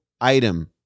item